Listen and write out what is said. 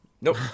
nope